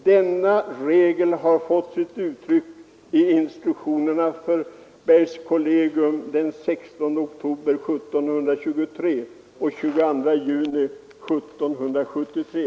Denna regel har fått sig uttryck i instruktionerna för bergskollegium den 16 oktober 1723 och 22 juni 1773.